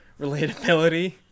relatability